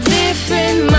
different